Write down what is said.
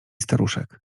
staruszek